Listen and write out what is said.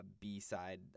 B-side